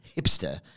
hipster